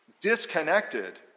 disconnected